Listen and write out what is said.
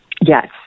Yes